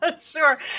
Sure